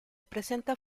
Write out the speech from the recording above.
presenta